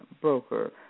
broker